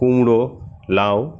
কুমড়ো লাউ